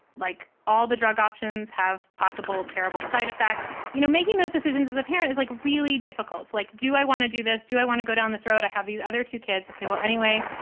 like all the drug options have possible terrible side effects. you know, making those decisions as a parent is like really difficult. like, do i want to do this? do i want to go down this road? i have these other two kids. ok, well, anyway,